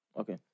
Okay